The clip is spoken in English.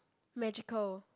magical